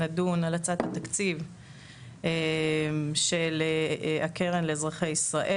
נדון על הצעת התקציב של הקרן לאזרחי ישראל.